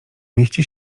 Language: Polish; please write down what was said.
mieści